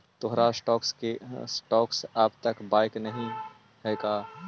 तोहार स्टॉक्स अब तक बाइक नही हैं का